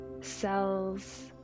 cells